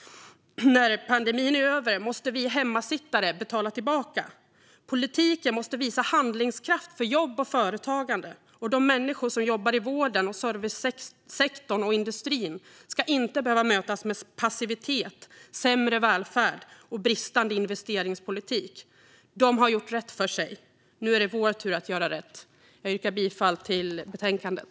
När pandemin är över måste vi hemmasittare betala tillbaka. Politiken måste visa handlingskraft för jobb och företagande. De människor som jobbar i vården, servicesektorn och industrin ska inte behöva mötas av passivitet, sämre välfärd och bristande investeringspolitik. De har gjort rätt för sig. Nu är det vår tur att göra rätt. Jag yrkar bifall till utskottets förslag i betänkandet.